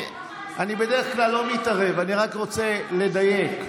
אני בדרך כלל לא מתערב, אני רק רוצה לדייק.